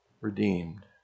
redeemed